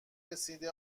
رسیده